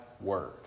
word